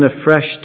afresh